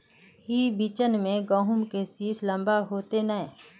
ई बिचन में गहुम के सीस लम्बा होते नय?